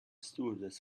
stewardess